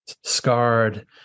scarred